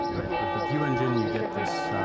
right, with the view engine, you get this